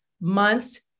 months